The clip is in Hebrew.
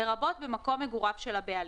לרבות במקום מגוריו של הבעלים,